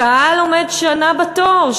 הקהל עומד שנה בתור,